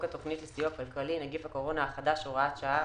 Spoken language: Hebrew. התכנית לסיוע כלכלי (נגיף הקורונה החדש) (הוראת שעה),